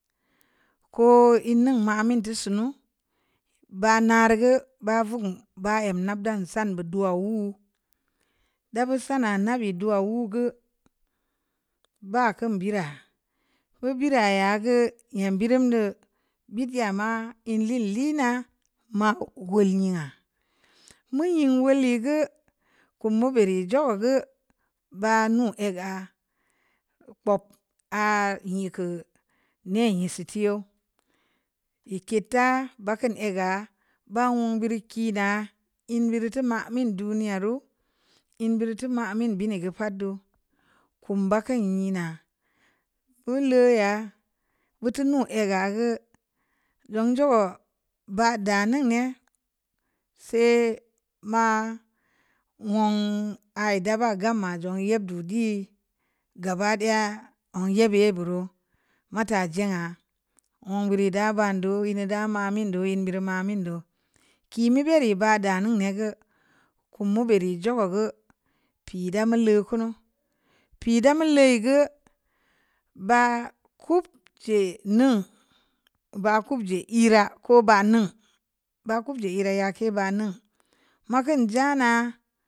Koo in ning mamin teu sunu, baah nareu geu baa vugn, baa em nab dan sanbe duwa wuu, da beu sanaa nab ya duwaa wuu geu, baa keun biiraa, beu biraa yaa geu, nyam beirim deu, bid ya maa inliin liina, maa wol nyingha, meu nying wolya geu, kum bereui zogo geu, baa nuu ega, kpob aah nyi keu neh nyiseu ta youw, ii ked taa, ba keun ega, baa wong beu dii kiinaa, in beuri teu mamin duniya ruu, in beuri teu mamin bini geu pat duu, kum ba keun nyinaa, beu leuyaa, beu teu nuu egaa geu, zong jogo, baah daningne, sai ma wong aah ii daa baa gam zong yeb duu dii rii gaba daya, zong yeba ye beu roo, maa taa jengha, wong beuraa ii baa duu, in beuraa da mamin duu, kii meu bereu baah daningne geu, kum meu berii zogo geu, pii da meu leu kunu, pii da meu leui geu, baah kubje ning, baah kubje iiraa, koo baah ning, baah kubje iiraa, yake baah ning, ma keun jaa naa